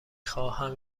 خواهم